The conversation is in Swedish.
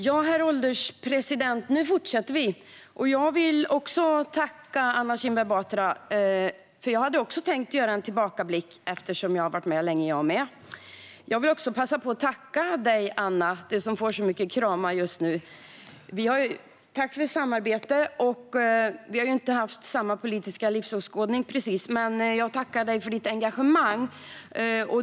Herr ålderspresident! Nu fortsätter vi! Jag vill också tacka Anna Kinberg Batra. Jag hade också tänkt göra en tillbakablick eftersom jag har varit med länge, jag med. Jag vill också passa på att tacka dig, Anna, som får så mycket kramar just nu, för samarbetet. Vi har inte precis haft samma politiska livsåskådning, men jag tackar dig för ditt engagemang.